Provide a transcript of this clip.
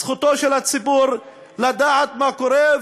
זכותו של הציבור לדעת מה קורה,